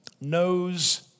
knows